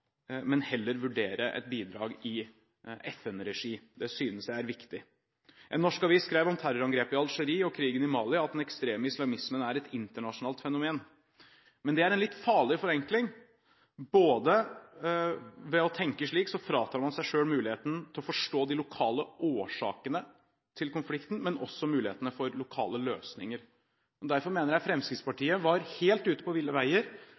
men heller vurdere et bidrag i FN-regi. Det synes jeg er viktig. En norsk avis skrev om terrorangrepet i Algerie og krigen i Mali at den ekstreme islamismen er et internasjonalt fenomen. Det er en litt farlig forenkling, for ved å tenke slik fratar man seg ikke bare muligheten til å forstå de lokale årsakene til konflikten, men også mulighetene for lokale løsninger. Derfor mener jeg at Fremskrittspartiet var helt på ville veier